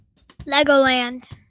Legoland